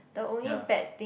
ya